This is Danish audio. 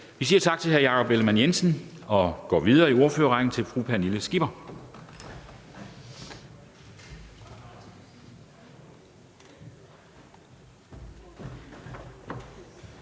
Vi siger tak til hr. Jakob Ellemann-Jensen og går videre i ordførerrækken til fru Pernille Skipper.